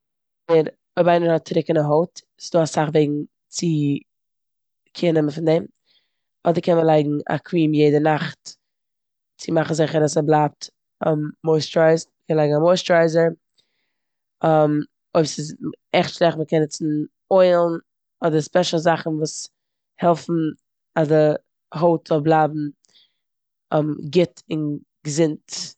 אויב איינער האט טרוקענע הענט ס'דא אסאך וועגן צו קעיר נעמען פון דעם. אדער קען מען לייגן קריעם יעדע נאכט צו מאכן זיכער אז ס'בליבט מויסורייזט. מ'קען לייגן א מויסטורייזער. אויב ס'עכט שלעכט מ'קען נוצן אוילן אדער ספעשיל זאכן וואס העלפן אז די הויט זאל בלייבן גוט און געזונט.